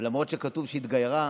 למרות שכתוב שהיא התגיירה